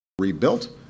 rebuilt